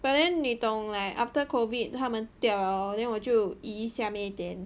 but then 你懂 like after COVID 它们掉 then 我就移下面一点